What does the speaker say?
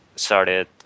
started